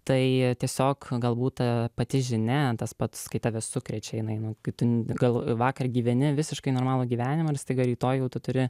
tai tiesiog galbūt pati žinia tas pats kai tave sukrečia jinai kai tu gal vakar gyveni visiškai normalų gyvenimą ir staiga rytoj jau turi